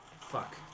fuck